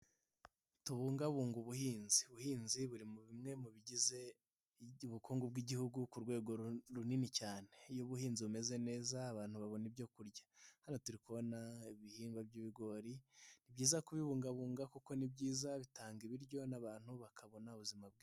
Tubungabunge ubuhinzi, ubuhinzi buri bimwe mu bigize ubukungu bw'Igihugu ku rwego runini cyane, iyo ubuhinzi bumeze neza abantu babona ibyo kurya, hano turi kubona ibihingwa by'ibigori, ni byiza kubibungabunga kuko ni byiza bitanga ibiryo n'abantu bakabona ubuzima bwiza.